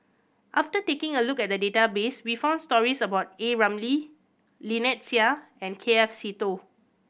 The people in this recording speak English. after taking a look at the database we found stories about A Ramli Lynnette Seah and K F Seetoh